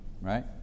right